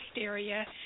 area